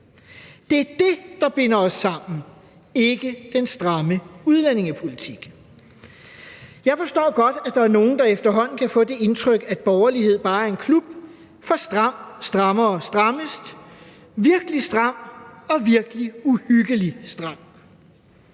det er det, der binder os sammen, ikke den stramme udlændingepolitik. Jeg forstår godt, at der er nogle, der efterhånden kan få det indtryk, at borgerlighed bare er en klub for stram, strammere og strammest, virkelig stram og virkelig uhyggeligt stram.